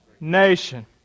Nation